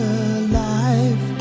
alive